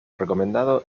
recomendado